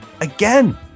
again